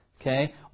okay